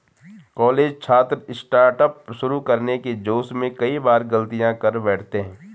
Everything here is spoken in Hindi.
कॉलेज छात्र स्टार्टअप शुरू करने के जोश में कई बार गलतियां कर बैठते हैं